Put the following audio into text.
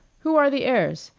who are the heirs?